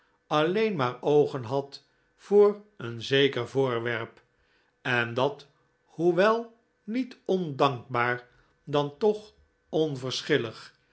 alleen maar oogen had voor een zeker voorwerp en dat hoewel niet ondankbaar dan toch